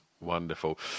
wonderful